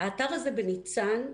באתר הקרווילות,